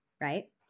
right